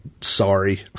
sorry